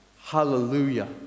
Hallelujah